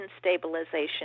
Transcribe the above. stabilization